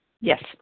Yes